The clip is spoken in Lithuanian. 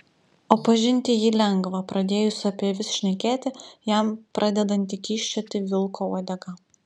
o pažinti jį lengva pradėjus apie avis šnekėti jam pradedanti kyščioti vilko uodega